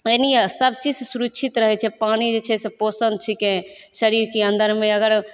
एहि लिए सब चीज सऽ सुरक्षित रहै छै पानि जे छै से पोषण छिकै शरीरके अन्दरमे अगर